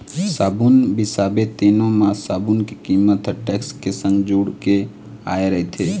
साबून बिसाबे तेनो म साबून के कीमत ह टेक्स के संग जुड़ के आय रहिथे